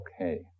okay